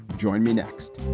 join me next